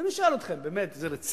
אז אני שואל אתכם, באמת, זה רציני?